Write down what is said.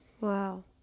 Wow